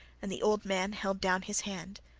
and the old man held down his hand,